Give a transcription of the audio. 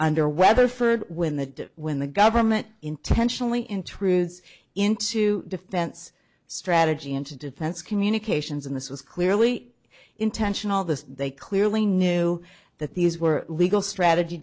under weatherford when the when the government intentionally intrudes into defense strategy and to defense communications in this was clearly intentional this they clearly knew that these were legal strategy